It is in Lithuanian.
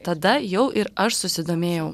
tada jau ir aš susidomėjau